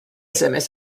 sms